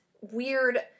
weird